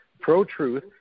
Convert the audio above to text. pro-truth